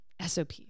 SOP